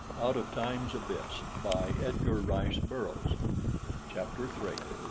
out of time's abyss by edgar rice burroughs chapter three